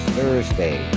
Thursday